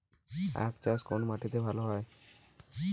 আখ চাষ কোন মাটিতে ভালো হয়?